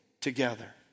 together